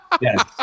Yes